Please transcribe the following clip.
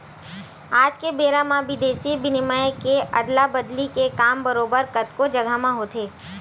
आज के बेरा म बिदेसी बिनिमय के अदला बदली के काम बरोबर कतको जघा म होथे